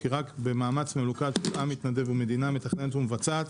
כי רק במאמץ מלוכד של עם מתנדב ומדינה מתכננת ומבצעת